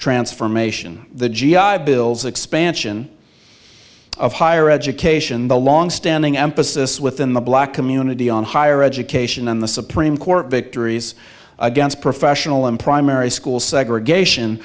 transformation the g i bill's expansion of higher education the longstanding emphasis within the black community on higher education on the supreme court victories against professional in primary school segregation